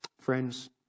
Friends